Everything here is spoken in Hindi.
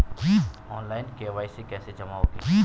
ऑनलाइन के.वाई.सी कैसे जमा होगी?